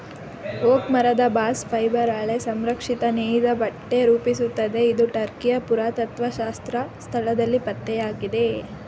oak ಮರದ bast fibre ಹಳೆ ಸಂರಕ್ಷಿತ ನೇಯ್ದಬಟ್ಟೆ ರೂಪಿಸುತ್ತೆ ಇದು ಟರ್ಕಿಯ ಪುರಾತತ್ತ್ವಶಾಸ್ತ್ರ ಸ್ಥಳದಲ್ಲಿ ಪತ್ತೆಯಾಗಿದೆ